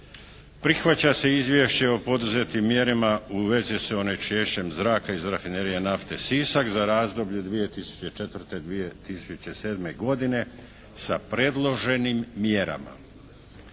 Prihvaća se izvješće o poduzetim mjerama u vezi s onečišćenjem zraka iz rafinerije nafte Sisak za razdoblje 2004., 2007. godine sa predloženim mjerama.